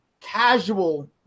casual